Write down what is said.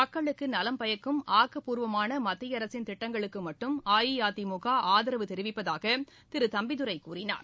மக்களுக்கு நலம் பயக்கும் ஆக்கப்பூர்வமான மத்திய அரசின் திட்டங்களுக்கு மட்டும் அஇஅதிமுக ஆதரவு தெரிவிப்பதாக திரு தம்பிதுரை கூறினார்